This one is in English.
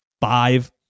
five